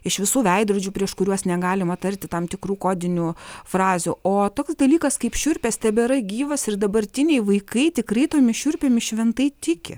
iš visų veidrodžių prieš kuriuos negalima tarti tam tikrų kodinių frazių o toks dalykas kaip šiurpės tebėra gyvas ir dabartiniai vaikai tikrai tomis šiurpėmis šventai tiki